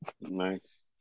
Nice